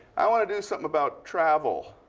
i want to do something about travel.